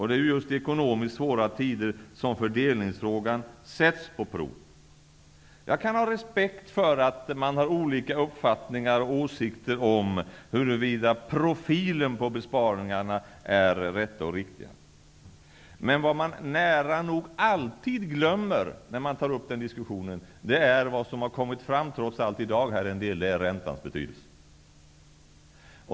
Det är just i ekonomiskt svåra tider som fördelningsförmågan sätts på prov. Jag kan ha respekt för att man har olika uppfattningar och åsikter om huruvida profilen på besparingarna är den rätta och riktiga. Vad man nära nog alltid glömmer bort i diskussionen är -- det har trots allt kommit fram litet -- räntans betydelse.